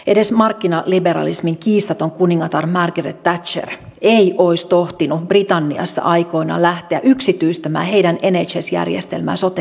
edes markkinaliberalismin kiistaton kuningatar margaret thatcher ei olisi tohtinut britanniassa aikoinaan lähteä yksityistämään heidän nhs järjestelmäänsä sote järjestelmäänsä